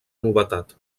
novetat